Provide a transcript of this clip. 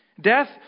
Death